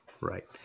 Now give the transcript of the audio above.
right